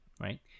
right